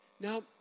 Now